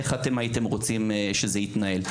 איך אתם הייתם רוצים שזה התנהל?